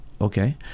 okay